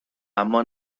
اما